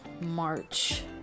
March